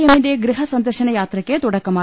എമ്മിന്റെ ഗൃഹസന്ദർശന യാത്രക്ക് തുടക്കമായി